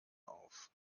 auf